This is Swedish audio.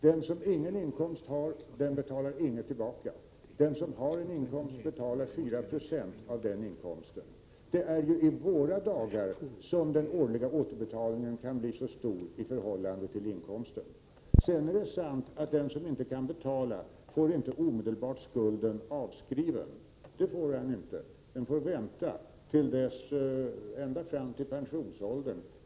Den som ingen inkomst har betalar ingenting tillbaka, medan den som har en inkomst betalar 4 96 av denna inkomst. Det är ju med nuvarande system som den årliga återbetalningen kan bli så stor i förhållande till inkomsten. Sedan är det sant att den som inte kan betala inte omedelbart får skulden avskriven. Han får vänta fram till pensionsåldern.